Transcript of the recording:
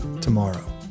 tomorrow